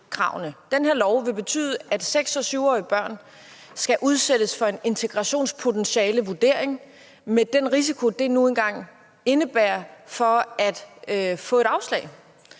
Den her lov vil betyde, at 6-årige og 7-årige børn skal udsættes for en integrationspotentialevurdering med den risiko for at få et afslag,